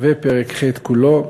ופרק ח' כולו,